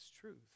truth